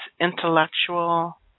intellectual